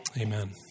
Amen